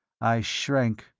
i shrank.